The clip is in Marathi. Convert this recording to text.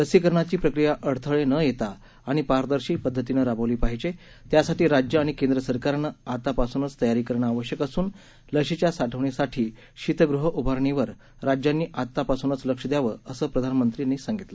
लसीकरणाची प्रक्रिया अडथळे न येता आणि पारदर्शी पद्धतीनं राबवली पाहिजे त्यासाठी राज्य आणि केंद्र सरकारनं आतापासूनच तयारी करणं आवश्यक असून लसीच्या साठवणीसाठी शीतगृह उभारणीवर राज्यांनी आतापासूनच लक्ष द्यावं असं पंतप्रधानांनी सांगितलं